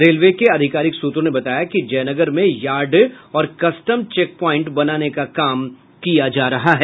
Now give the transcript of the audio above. railway के अधिकारिक सूत्रों ने बताया कि जयनगर में यार्ड और कस्टम चेक प्वाइंट बनाने का काम किया जा रहा है